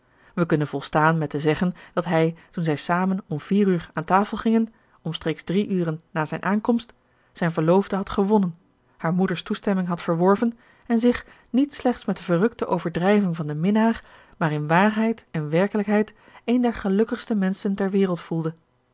wij kunnen volstaan met te zeggen dat hij toen zij samen om vier uur aan tafel gingen omstreeks drie uren na zijne aankomst zijn verloofde had gewonnen haar moeder's toestemming had verworven en zich niet slechts met de verrukte overdrijving van den minnaar maar in waarheid en werkelijkheid een der gelukkigste menschen ter wereld voelde